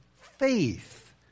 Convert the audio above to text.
faith